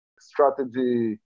strategy